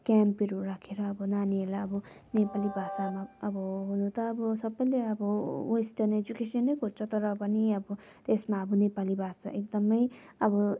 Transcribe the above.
क्याम्पहरू राखेर अब नानीहरूलाई अब नेपाली भाषामा अब हुनु त अब सबले अब वेस्टर्न एजुकेसन खोज्छ तर पनि अब त्यसमा अब नेपाली भाषा एकदम अब